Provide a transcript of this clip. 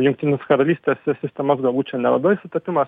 jungtinės karalystės tas sistemas galbūt čia nelabai sutapimas